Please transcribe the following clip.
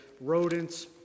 rodents